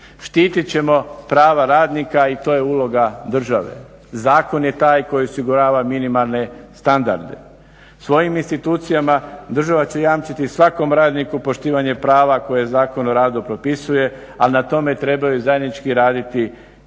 Štitit ćemo prava radnika i to je uloga države. Zakon je taj koji osigurava minimalne standarde. Svojim institucijama država će jamčiti svakom radniku poštivanje prava koje Zakon o radu propisuje, ali na tome trebaju zajednički raditi i radnici